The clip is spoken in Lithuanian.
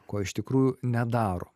ko iš tikrųjų nedaro